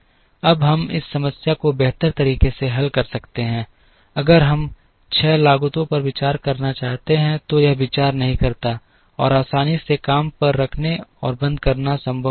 अब हम इस समस्या को बेहतर तरीके से हल कर सकते हैं अगर हम 6 लागतों पर विचार करना चाहते हैं तो यह विचार नहीं करता है और आसानी से काम पर रखने और बंद करना संभव नहीं है